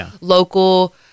local